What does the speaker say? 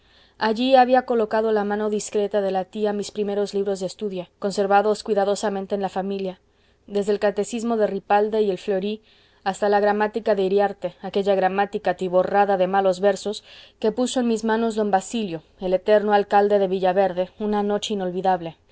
allí había colocado la mano discreta de la tía mis primeros libros de estudia conservados cuidadosamente en la familia desde el catecismo de ripalda y el fleury hasta la gramática de iriarte aquella gramática atiborrada de malos versos que puso en mis manos don basilio el eterno alcalde de villaverde una noche inolvidable